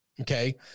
Okay